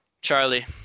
Charlie